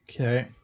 Okay